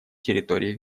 территорий